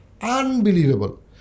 Unbelievable